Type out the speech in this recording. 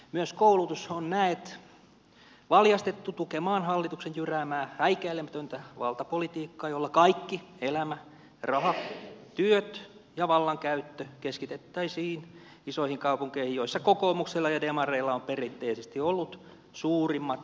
myös koulutus on näet valjastettu tukemaan hallituksen jyräämää häikäilemätöntä valtapolitiikkaa jolla kaikki elämä raha työt ja vallankäyttö keskitettäisiin isoihin kaupunkeihin joissa kokoomuksella ja demareilla on perinteisesti ollut suurimmat menestymisen mahdollisuudet